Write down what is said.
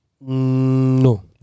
no